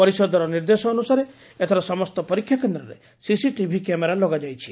ପରିଷଦର ନିର୍ଦ୍ଦେଶ ଅନୁସାରେ ଏଥର ସମସ୍ତ ପରୀକ୍ଷା କେନ୍ଦ୍ରରେ ସିସିଟିଭି କ୍ୟାମେରା ଲଗାଯାଇଛି